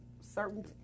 certain